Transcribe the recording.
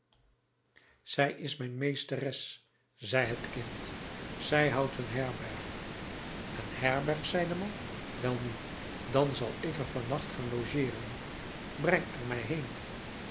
zij is mijn meesteres zei het kind zij houdt een herberg een herberg zei de man welnu dan zal ik er van nacht gaan logeeren breng er mij heen